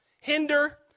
hinder